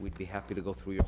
we'd be happy to go through you